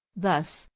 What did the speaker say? thus,